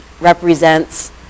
represents